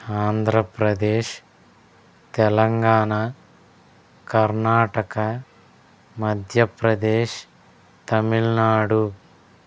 Andhra Pradesh Telangana Karnataka Madhya Pradesh Tamil Nadu